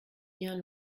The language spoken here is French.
bien